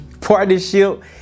partnership